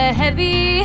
heavy